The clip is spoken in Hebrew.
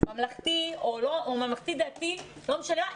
ממלכתי או ממלכתי דתי לא משנה,